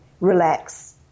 relax